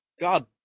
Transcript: God